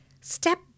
step